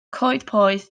coedpoeth